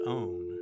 own